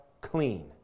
clean